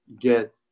get